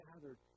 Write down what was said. gathered